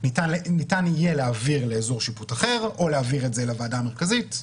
ניתן יהיה להעביר לאזור שיפוט אחר או להעביר את זה לוועדה המרכזית.